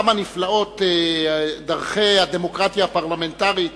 כמה נפלאות דרכי הדמוקרטיה הפרלמנטרית,